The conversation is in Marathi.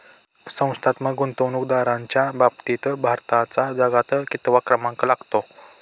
संस्थात्मक गुंतवणूकदारांच्या बाबतीत भारताचा जगात कितवा क्रमांक लागतो?